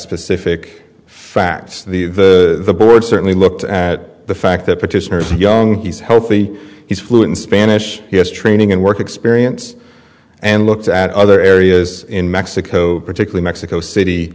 specific facts the the board certainly looked at the fact that petitioners young he's healthy he's fluent spanish he has training and work experience and looked at other areas in mexico particular mexico city